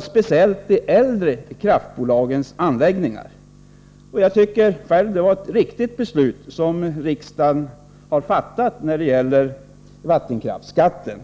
speciellt när det gäller de äldre kraftbolagens anläggningar. Jag tycker själv att det var ett riktigt beslut som riksdagen fattade när det gäller vattenkraftsskatten.